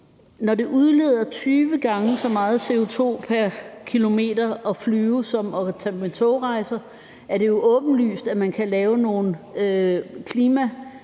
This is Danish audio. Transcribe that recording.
Når det udleder 20 gange så meget CO2 pr. kilometer at flyve som at tage på togrejser, er det åbenlyst, at man kan lave nogle